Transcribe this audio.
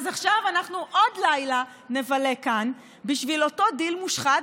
אז עכשיו עוד לילה נבלה כאן בשביל אותו דיל מושחת,